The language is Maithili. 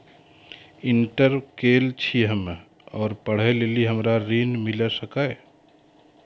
इंटर केल छी हम्मे और पढ़े लेली हमरा ऋण मिल सकाई?